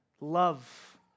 Love